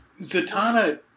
Zatanna